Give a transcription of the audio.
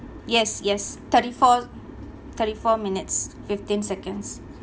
yes yes thirty four thirty four minutes fifteen seconds